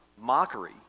mockery